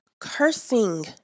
cursing